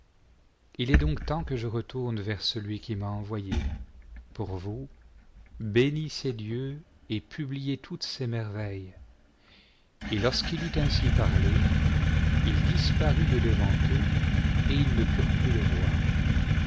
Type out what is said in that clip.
il est donc temps que je retourne vers celui qui m'a envoyé pour vous bénissez dieu et publiez toutes ses merveilles et lorsqu'il eut ainsi parlé il disparut de devant eux et ils ne purent plus le voir